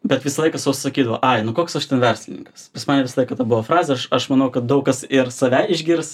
bet visą laiką sau sakydavo ai nu koks aš ten verslininkas man visą laiką ta buvo frazė aš aš manau kad daug kas ir save išgirs